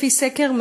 לפי סקר,